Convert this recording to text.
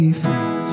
free